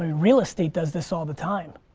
real estate does this all the time.